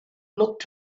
looked